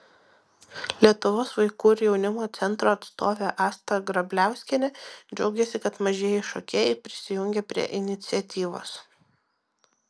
lietuvos vaikų ir jaunimo centro atstovė asta grabliauskienė džiaugėsi kad mažieji šokėjai prisijungė prie iniciatyvos